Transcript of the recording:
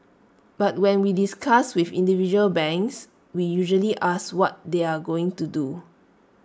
but when we discuss with individual banks we usually ask what they are going to do